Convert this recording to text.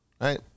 right